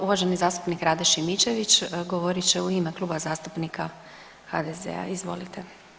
Uvaženi zastupnik Rade Šimičević govorit će u ime Kluba zastupnika HDZ-a, izvolite.